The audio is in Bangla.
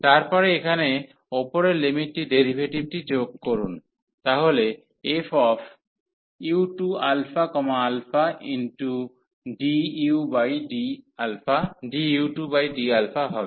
তারপরে এখানে উপরের লিমিটটির ডেরিভেটিভটি যোগ করুন তাহলে fu2ααdu2d হবে